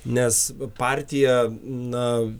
nes partija na